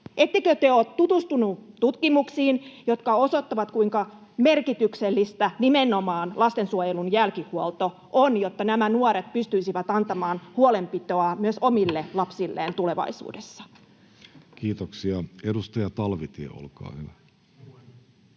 Ettekö te ole tutustuneet tutkimuksiin, jotka osoittavat, kuinka merkityksellistä nimenomaan lastensuojelun jälkihuolto on, jotta nämä nuoret pystyisivät antamaan huolenpitoa myös omille lapsilleen tulevaisuudessa? [Speech 52] Speaker: Jussi Halla-aho